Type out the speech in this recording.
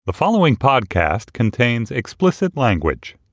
the following podcast contains explicit language